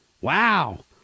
Wow